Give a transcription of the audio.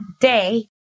day